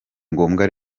ngombwa